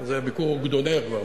זה ביקור אוגדונר כבר,